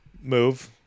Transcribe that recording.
Move